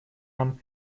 нам